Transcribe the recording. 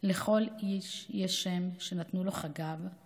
לכל איש יש שם / שנתנו לו חגיו /